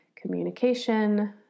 Communication